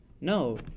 No